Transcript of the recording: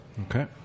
Okay